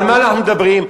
על מה אנחנו מדברים?